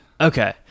Okay